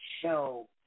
show